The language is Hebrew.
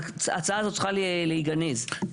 ההצעה הזאת צריכה להיגנז.